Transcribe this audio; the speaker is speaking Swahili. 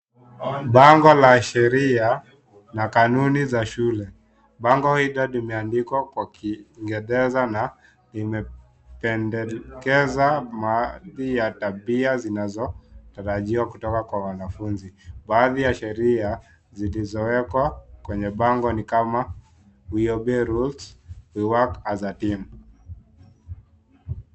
Bango la sheria na kanuni za shule. Bango hilo limeandikwa kwa Kiingereza na limependekeza maadili ya tabia zinazotarajiwa kutoka kwa wanafunzi. Baadhi ya sheria zilizowekwa kwenye bango ni kama we obey rules, we work as a team .